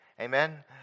Amen